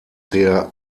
der